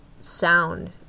sound